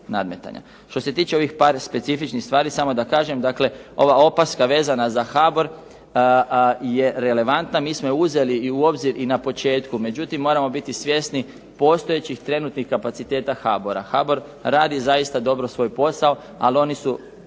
Što se tiče ovih par specifičnih stvari samo da kažem, dakle ova opaska vezana za HBOR je relevantna, mi smo je uzeli u obzir i na početku. Međutim, moramo biti svjesni postojećih trenutnih kapaciteta HBOR-a. HBOR radi zaista dobro svoj posao, ali oni su